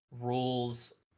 rules